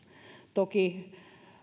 toki